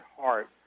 heart